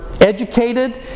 educated